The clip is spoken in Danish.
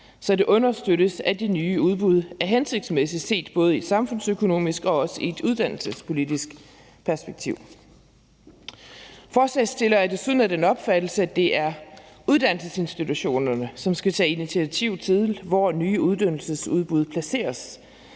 så det understøttes, at de nye udbud er hensigtsmæssige set både i et samfundsøkonomisk og også i et uddannelsespolitisk perspektiv. Forslagsstillerne er desuden af den opfattelse, at det er uddannelsesinstitutionerne, som skal tage initiativ til, hvor nye uddannelsesudbud placeres.